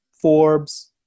Forbes